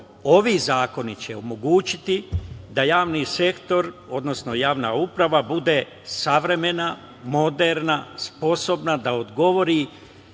ovi zakoni će omogućiti da javni sektor, odnosno javna uprava bude savremena, moderna, sposobna da odgovori